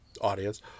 audience